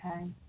Okay